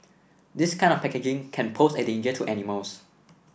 this kind of packaging can pose a danger to animals